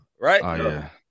right